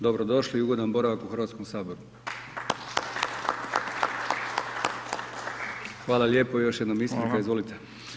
Dobro došli i ugodan boravak u Hrvatskom saboru. Hvala lijepo i još jednom isprika, izvolite.